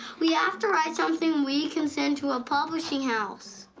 we have to write something we can send to a publishing house.